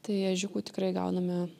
tai ežiukų tikrai gauname